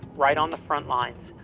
right on the front lines.